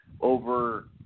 over